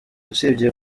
usibye